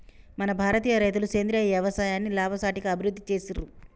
మన భారతీయ రైతులు సేంద్రీయ యవసాయాన్ని లాభసాటిగా అభివృద్ధి చేసిర్రు